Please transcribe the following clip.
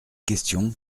questions